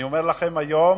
אני אומר לכם, היום